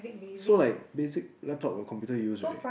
so like basic laptop or computer use right